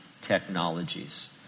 technologies